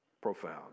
Profound